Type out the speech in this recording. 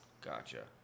Gotcha